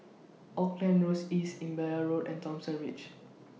Auckland Road East Imbiah Road and Thomson Ridge